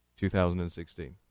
2016